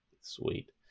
Sweet